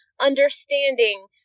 understanding